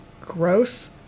gross